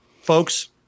folks